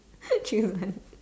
choose one